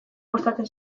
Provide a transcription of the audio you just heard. gustatzen